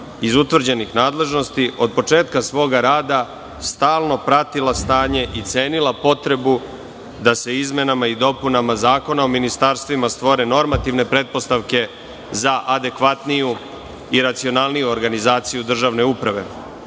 iz utvrđenih nadležnosti, od početka svoga rada stalno pratila stanje i cenila potrebu da se izmenama i dopunama Zakona o ministarstvima stvore normativne pretpostavke za adekvatniju i racionalniju organizaciju državne uprave,